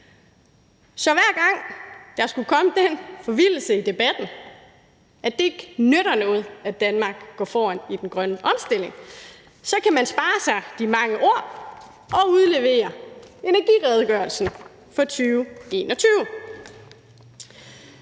Så hver gang der skulle komme den forvildelse i debatten, at det ikke nytter noget, at Danmark går foran i den grønne omstilling, så kan man spare sig de mange ord og udlevere energiredegørelsen for 2021.